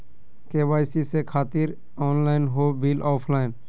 KYC से खातिर online हो बिल ऑफलाइन?